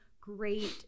great –